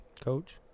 coach